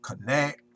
connect